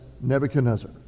Nebuchadnezzar